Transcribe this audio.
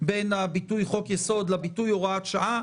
בין הביטוי "חוק-יסוד" לבין הביטוי "הוראת שעה".